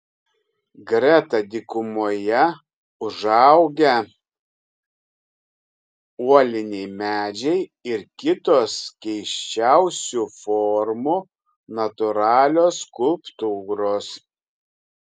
greta dykumoje užaugę uoliniai medžiai ir kitos keisčiausių formų natūralios skulptūros